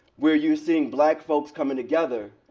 where you're seeing black folks coming together,